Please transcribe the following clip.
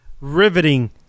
Riveting